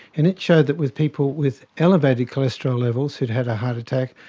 and it showed that with people with elevated cholesterol levels who'd had a heart attack,